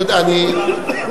אני יודע,